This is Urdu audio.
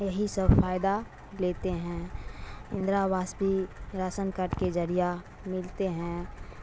یہی سب فائدہ لیتے ہیں اندرا آواس بھی راسن کارڈ کے ذریعہ ملتے ہیں